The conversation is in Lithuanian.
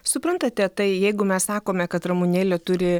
suprantate tai jeigu mes sakome kad ramunėlė turi